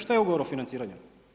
Šta je ugovor o financiranju?